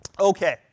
Okay